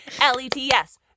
L-E-T-S